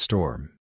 Storm